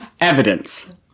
evidence